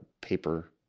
paper